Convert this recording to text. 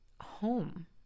home